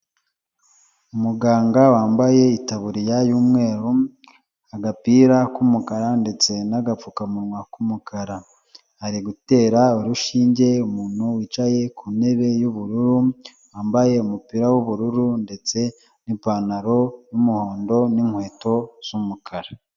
Umuganga wambaye itaburiya y'umweru agapira k'umukara ndetse n'agapfukamunwa k'umukara ari gutera urushinge umuntu wicaye ku ntebe y'ubururu wambaye umupira w'ubururu ndetse n'ipantaro' y'umuhondo n'inkweto z'umukara.